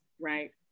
Right